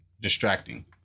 distracting